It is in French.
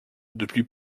depuis